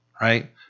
right